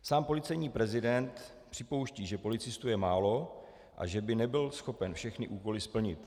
Sám policejní prezident připouští, že policistů je málo a že by nebyl schopen všechny úkoly splnit.